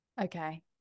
Okay